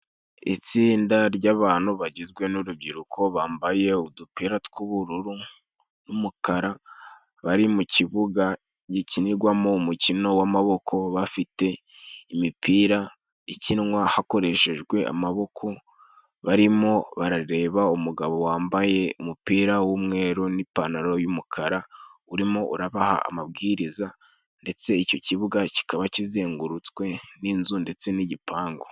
Itsinda ry'abantu bagizwe n'urubyiruko, bambaye udupira tw'ubururu n'umukara bari mu kibuga gikinirwamo umukino w'amaboko, bafite imipira ikinwa hakoreshejwe amaboko. Barimo barareba umugabo wambaye umupira w'umweru n'ipantaro y'umukara urimo urabaha amabwiriza, ndetse icyo kibuga kikaba kizengurutswe n'inzu ndetse n'igipangu.